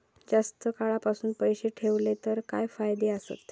जास्त काळासाठी पैसे ठेवले तर काय फायदे आसत?